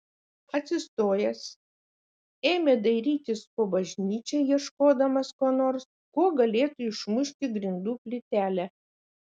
atsistojęs ėmė dairytis po bažnyčią ieškodamas ko nors kuo galėtų išmušti grindų plytelę